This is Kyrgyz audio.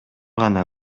гана